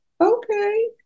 Okay